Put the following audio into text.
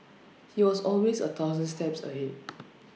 he was always A thousand steps ahead